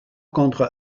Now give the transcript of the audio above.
contre